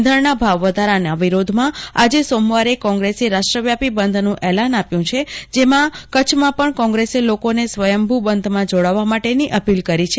છેંધણના ભાવ વધારાના વિરોધમાં આજે સોમવારે કોંગ્રેસે રાષ્ટ્રવ્યાપી બંધનું એલાન આપ્યું છે જેમાં કચ્છમાં પણ કોંગ્રેસે લોકોને સ્વયંભુ બંધમાં જોડાવવા માટેની અપીલ કરી છે